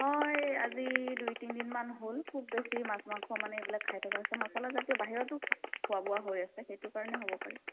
হয় আজি দুই তিনি দিন মান হ'ল খুব বেছি মাছ মাংস মানে এইবিলাক খাই থকা হৈছে মচলা জাতীয় বাহিৰতো খাওঁ খোৱা বোৱা হৈ আছে সেইটো কাৰণ হ'ব পাৰে